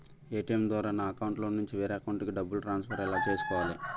ATM ద్వారా నా అకౌంట్లోనుంచి వేరే అకౌంట్ కి డబ్బులు ట్రాన్సఫర్ ఎలా చేసుకోవాలి?